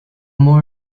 more